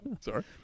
sorry